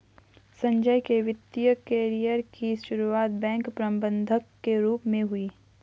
संजय के वित्तिय कैरियर की सुरुआत बैंक प्रबंधक के रूप में हुई